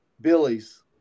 Billy's